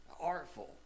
artful